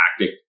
tactic